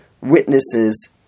witnesses